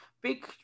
Big